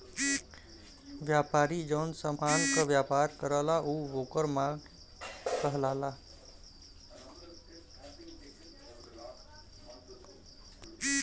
व्यापारी जौन समान क व्यापार करला उ वोकर माल कहलाला